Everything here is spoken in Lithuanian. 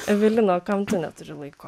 evelina o kam tu neturi laiko